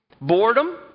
boredom